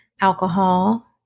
alcohol